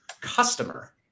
customer